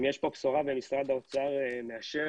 אם יש פה בשורה ומשרד האוצר מאשר